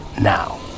now